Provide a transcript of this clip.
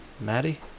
Maddie